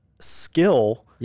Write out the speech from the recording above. skill